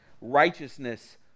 righteousness